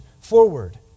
forward